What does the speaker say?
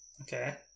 Okay